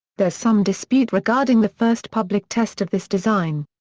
there's some dispute regarding the first public test of this design.